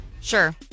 Sure